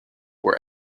were